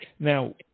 Now